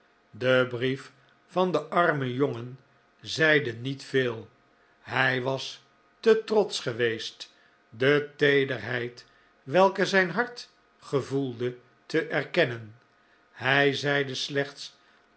de brief van den armen jongen zeide niet veel hij was te trotsch geweest de teederheid welke zijn hart gevoelde te erkennen hij zeide slechts